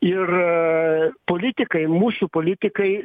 ir politikai mūsų politikai